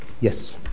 Yes